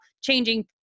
changing